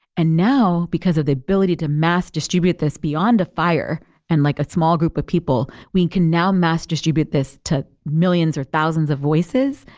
and now, because of the ability to mass distribute this beyond a fire and like a small group of people, we can now mass distribute this to millions or thousands of voices.